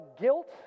guilt